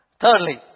Thirdly